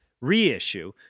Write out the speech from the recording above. reissue